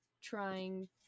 trying